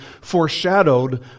foreshadowed